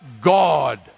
God